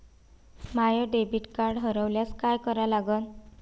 माय debit card हरोल्यास काय करा लागन?